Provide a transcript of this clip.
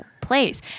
place